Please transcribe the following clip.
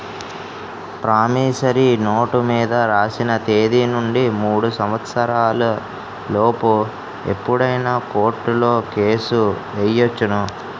promissory note మీద రాసిన తేదీ నుండి మూడు సంవత్సరాల లోపు ఎప్పుడైనా కోర్టులో కేసు ఎయ్యొచ్చును